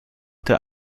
der